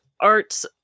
Arts